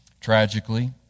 tragically